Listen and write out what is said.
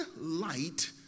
light